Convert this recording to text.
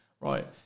right